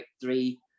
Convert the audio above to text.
three